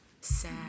Sad